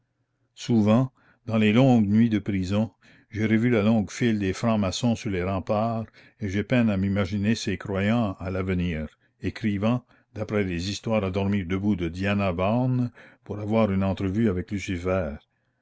souvent dans les longues nuits de prisons j'ai revu la longue file des francs-maçons sur les remparts et j'ai peine à m'imaginer ces croyants à l'avenir écrivant d'après les histoires la commune à dormir debout de dianah vaughan pour avoir une entrevue avec lucifer